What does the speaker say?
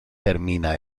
termina